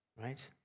Right